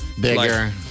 bigger